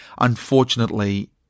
Unfortunately